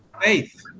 faith